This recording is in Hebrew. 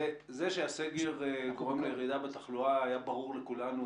זה שהסגר גורם לירידה בתחלואה היה ברור לכולנו.